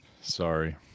Sorry